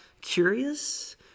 curious